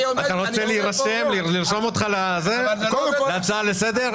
לרשום אותך להצעה לסדר?